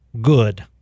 good